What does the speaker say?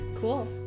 cool